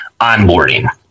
onboarding